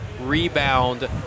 Rebound